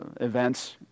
events